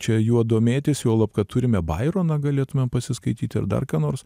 čia juo domėtis juolab kad turime baironą galėtumėm pasiskaityti ir dar ką nors